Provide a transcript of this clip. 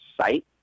site